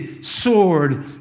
Sword